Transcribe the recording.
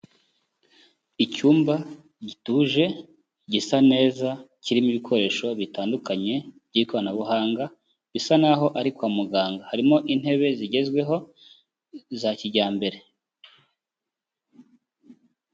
Icyumba gituje gisa neza kirimo ibikoresho bitandukanye by'ikoranabuhanga, bisa naho ari kwa muganga, harimo intebe zigezweho za kijyambere.